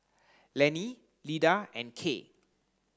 Lenny Lyda and Kaye